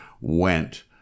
went